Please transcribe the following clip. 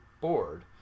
board